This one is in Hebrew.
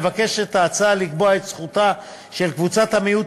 ההצעה מבקשת לקבוע את זכותה של קבוצת המיעוט